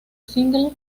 single